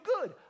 good